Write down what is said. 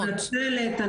אני מתנצלת,